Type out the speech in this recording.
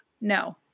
No